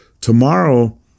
Tomorrow